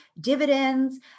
dividends